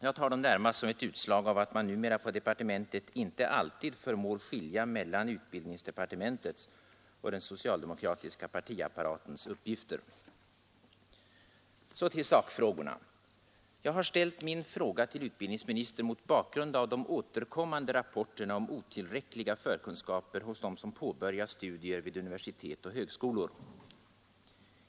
Jag tar dem närmast som utslag av att man numera på departementet inte alltid förmår skilja mellan utbildningsdepartementets och den socialdemokratiska partiapparatens uppgifter. Så till sakfrågorna. Jag har ställt min fråga till utbildningsministern mot bakgrund av de återkommande rapporterna om otillräckliga förkunskaper hos dem som påbörjar studier vid universitet och högskolor.